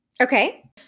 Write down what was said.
Okay